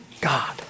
God